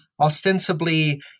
ostensibly